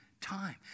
time